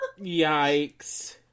Yikes